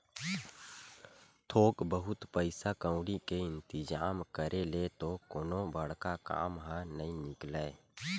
थोक बहुत पइसा कउड़ी के इंतिजाम करे ले तो कोनो बड़का काम ह नइ निकलय